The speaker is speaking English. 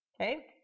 Okay